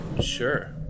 sure